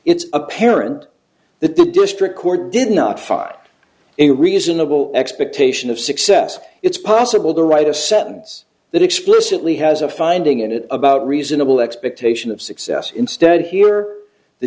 it's apparent that the district court did not file a reasonable expectation of success it's possible to write a sentence that explicitly has a finding in it about reasonable expectation of success instead he or the